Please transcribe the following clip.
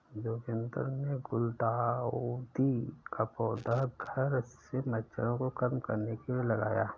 जोगिंदर ने गुलदाउदी का पौधा घर से मच्छरों को खत्म करने के लिए लगाया